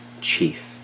chief